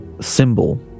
symbol